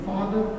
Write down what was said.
Father